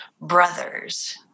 brothers